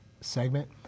segment